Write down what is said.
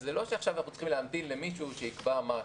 זה לא שעכשיו אנחנו צריכים להמתין למישהו שיקבע משהו.